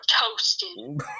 toasted